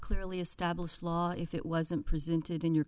clearly established law if it wasn't presented in your